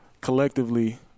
collectively